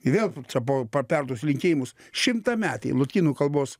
ir vėl čia po pa perduosiu linkėjimus šimtametei lotynų kalbos